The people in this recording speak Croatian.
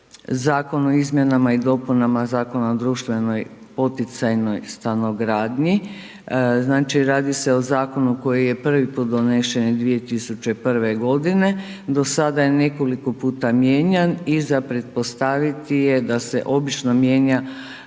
zakon o izmjenama i dopunama Zakona o društvenoj poticajnoj stanogradnji, znači radi se o zakonu koji je prvi put donesen 2001. g., do sada je nekoliko puta mijenjan, i za pretpostaviti je da se obično mijenja